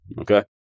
Okay